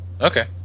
Okay